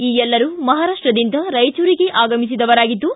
ಈ ಎಲ್ಲರೂ ಮಹಾರಾಷ್ಟದಿಂದ ರಾಯಚೂರುಗೆ ಆಗಮಿಸಿದವರಾಗಿದ್ದು